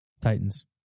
Titans